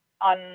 On